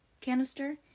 canister